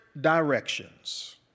directions